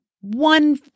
one